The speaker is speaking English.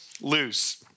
lose